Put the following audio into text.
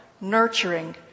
nurturing